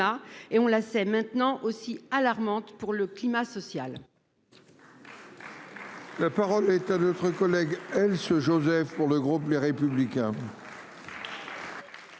et on la c'est maintenant aussi alarmante pour le climat social. La parole est à d'autres collègues, elle se Joseph pour le groupe Les Républicains. Ce le président.